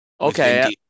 okay